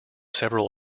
several